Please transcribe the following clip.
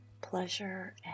pleasure